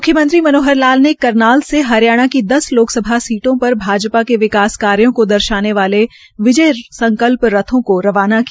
मुख्यमंत्री मनोहर लाल ने करनाल से हरियाणा की दस लोकसभा सीटों पर भाजपा के विकास कार्यो को दर्शाने वाले विजय संकल्प रथों को रवाना किया